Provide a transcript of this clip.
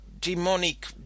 demonic